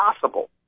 possible